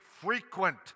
frequent